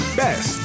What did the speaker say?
best